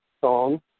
song